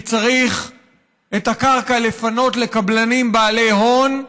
כי צריך לפנות את הקרקע לקבלנים בעלי הון,